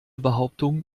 behauptung